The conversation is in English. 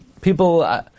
People